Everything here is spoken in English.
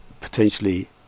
potentially